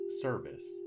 service